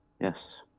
Yes